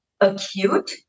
acute